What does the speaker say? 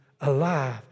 Alive